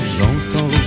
J'entends